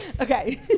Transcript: Okay